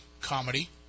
comedy